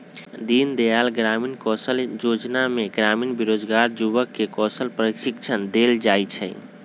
दीनदयाल ग्रामीण कौशल जोजना में ग्रामीण बेरोजगार जुबक के कौशल प्रशिक्षण देल जाइ छइ